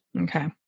Okay